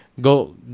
Go